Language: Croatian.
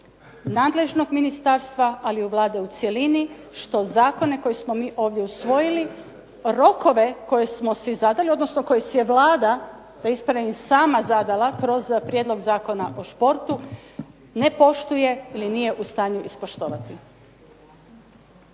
nadležnog ministarstva, ali i Vlade u cjelini što zakone koje smo mi ovdje usvoji, rokove koje smo si zadali, odnosno koje si je Vlada da ispravim sama zadala kroz prijedlog Zakona o športu ne poštuje i nije u stanju ispoštovati.